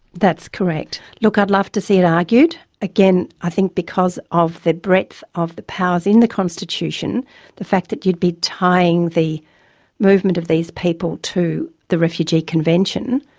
that's correct. look, i'd love to see it argued. again, i think because of the breadth of the powers in the constitution the fact that you'd be tying the movement of these people to the refugee convention,